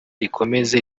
rikomeze